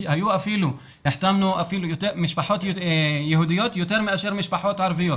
החתמנו אפילו יותר משפחות יהודיות מאשר משפחות ערביות,